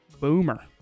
Boomer